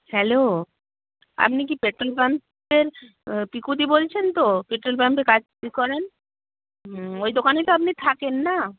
hello আপনি কি petrol পাম্পের পিকু দি বলছেন তো পেট্রোল পাম্পে কাজ করেন হুমম ওই দোকানেই তো আপনি থাকেন না